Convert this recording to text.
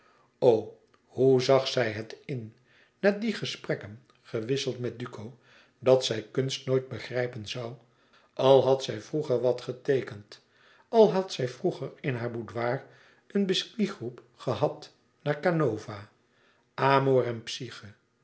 hoe zag zij het in na die gesprekken gewisseld met duco dat zij kunst nooit begrijpen zoû al had zij vroeger wat geteekend al had zij vroeger in haar boudcir een biscuitgroep e ids gehad naar canova amor en psyche